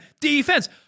defense